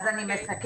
אז אני מסכמת,